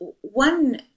one